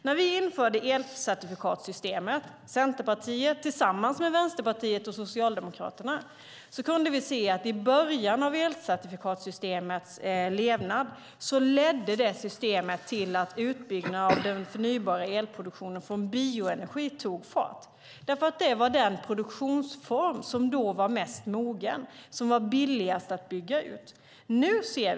När Centerpartiet tillsammans med Vänsterpartiet och Socialdemokraterna införde elcertifikatssystemet kunde vi se att systemet i början av sin levnad ledde till att utbyggnaden av den förnybara elproduktionen från bioenergi tog fart. Det var den produktionsform som då var mest mogen och billigast att bygga ut.